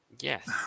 Yes